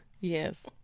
Yes